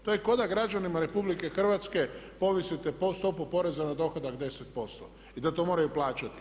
To je kao da građanima RH povisite stopu poreza na dohodak 10% i da to moraju plaćati.